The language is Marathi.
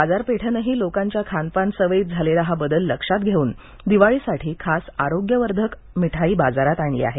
बाजारपेठेनं ही लोकांच्या खानपान सवयीत झालेला बदल लक्षात घेऊन दिवाळीसाठी खास आरोग्यवर्धक मिठाई बाजारात आणली आहे